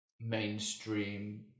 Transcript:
mainstream